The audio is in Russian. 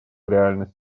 реальность